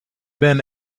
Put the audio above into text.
been